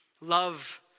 love